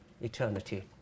eternity